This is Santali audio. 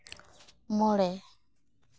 ᱢᱚᱬᱮ